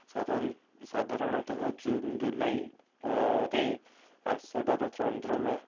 ସାରଣ ସାଧାରଣତଃ ଜୁନ୍ ଜୁଲାଇରେ ଆଶାଢ଼ର ଚନ୍ଦ୍ରମା